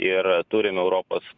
ir turim europos